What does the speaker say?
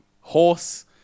horse